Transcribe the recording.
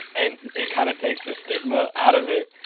and it kind of takes the stigma out of it.